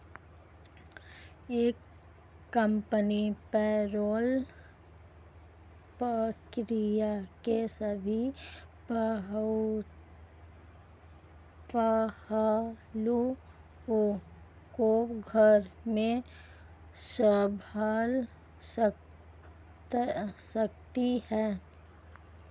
एक company payroll प्रक्रिया के सभी पहलुओं को घर में संभाल सकती है